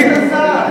מה זה חשוב.